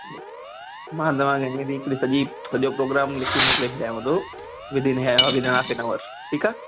जी मां तव्हांखे हीअंर ई हिकिड़ी सॼी सॼो प्रोग्राम लिखी मोकिले छॾियांव थो within a half an hours ठीकु आहे